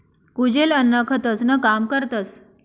कुजेल अन्न खतंसनं काम करतस